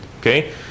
Okay